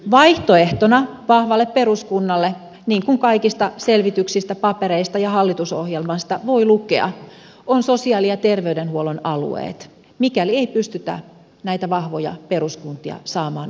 vaihtoehtona vahvalle peruskunnalle niin kuin kaikista selvityksistä papereista ja hallitusohjelmasta voi lukea ovat sosiaali ja terveydenhuollon alueet mikäli ei pystytä näitä vahvoja peruskuntia saamaan aikaiseksi